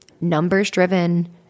numbers-driven